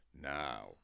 Now